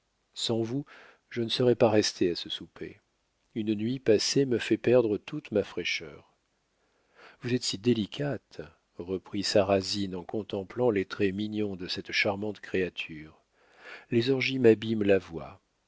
sans vous je ne serais pas restée à ce souper une nuit passée me fait perdre toute ma fraîcheur vous êtes si délicate reprit sarrasine en contemplant les traits mignons de cette charmante créature les orgies m'abîment la voix